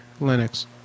Linux